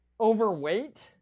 overweight